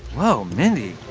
whoa, mindy.